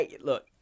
Look